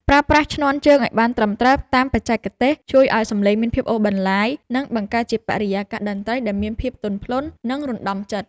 ប្រើប្រាស់ឈ្នាន់ជើងឱ្យបានត្រឹមត្រូវតាមបច្ចេកទេសជួយឱ្យសម្លេងមានភាពអូសបន្លាយ និងបង្កើតជាបរិយាកាសតន្ត្រីដែលមានភាពទន់ភ្លន់ និងរណ្ដំចិត្ត។